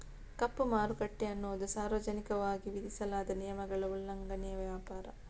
ಕಪ್ಪು ಮಾರುಕಟ್ಟೆ ಅನ್ನುದು ಸಾರ್ವಜನಿಕವಾಗಿ ವಿಧಿಸಲಾದ ನಿಯಮಗಳ ಉಲ್ಲಂಘನೆಯ ವ್ಯಾಪಾರ